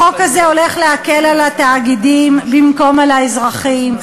החוק הזה הולך להקל על התאגידים במקום על האזרחים.